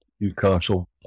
Newcastle